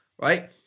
right